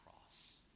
cross